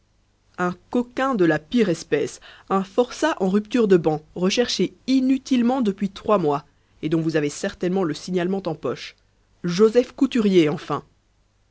un coquin de la pire espèce un forçat en rupture de ban recherché inutilement depuis trois mois et dont vous avez certainement le signalement en poche joseph couturier enfin